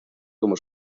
como